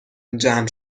جمع